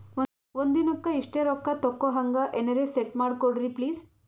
ಒಂದಿನಕ್ಕ ಇಷ್ಟೇ ರೊಕ್ಕ ತಕ್ಕೊಹಂಗ ಎನೆರೆ ಸೆಟ್ ಮಾಡಕೋಡ್ರಿ ಪ್ಲೀಜ್?